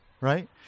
right